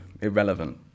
irrelevant